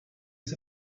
his